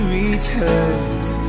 returns